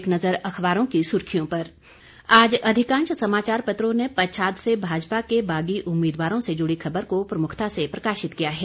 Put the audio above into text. एक नज़र अखबारों की सुर्खियों पर आज अधिकांश समाचार पत्रों ने पच्छाद से भाजपा के बागी उम्मीदवारों से जुड़ी खबर को प्रमुखता से प्रकाशित किया है